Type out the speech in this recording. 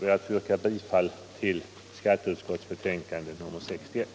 Jag yrkar bifall till utskottets hemställan.